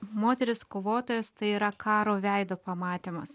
moterys kovotojos tai yra karo veido pamatymas